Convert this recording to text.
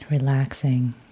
Relaxing